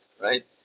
Right